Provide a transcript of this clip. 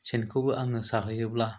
सेनखौबो आङो साहैयोब्ला